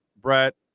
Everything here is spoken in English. Brett